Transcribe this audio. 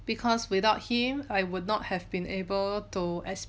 because without him I would not have been able to